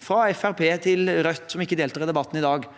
til Rødt, som ikke deltar i debatten i dag –